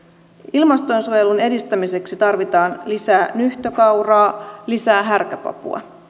ilmastonsuojelun edistämiseksi tarvitaan lisää nyhtökauraa lisää härkäpapua